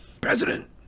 President